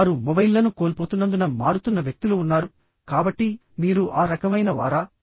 కానీ వారు మొబైల్లను కోల్పోతున్నందున మారుతున్న వ్యక్తులు ఉన్నారు కాబట్టి మీరు ఆ రకమైన వారా